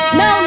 no